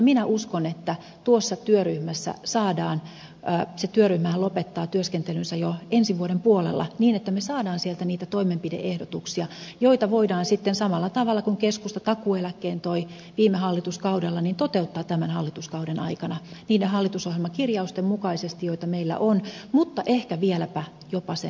minä uskon että tuossa työryhmässä saadaan se työryhmähän lopettaa työskentelynsä jo ensi vuoden puolella niin että me saadaan siitä niitä toimenpide ehdotuksia joita voidaan sitten samalla tavalla kuin keskusta takuueläkkeen toi viime hallituskaudella toteuttaa tämän hallituskauden aikana niiden hallitusohjelman kirjausten mukaisesti joita meillä on mutta ehkä vieläpä jopa sen yli